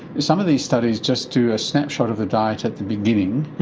some of these studies just do a snapshot of the diet at the beginning,